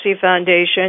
Foundation